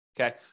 Okay